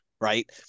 right